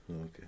okay